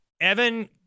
Evan